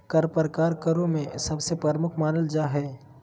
कर प्रकार करों में सबसे प्रमुख मानल जा हय